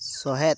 ᱥᱚᱦᱮᱫ